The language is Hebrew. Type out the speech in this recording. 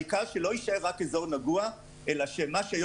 העיקר שלא יישאר רק אזור נגוע אלא שמה שהיום